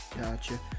gotcha